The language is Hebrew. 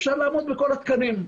אפשר לעמוד בכל התקנים.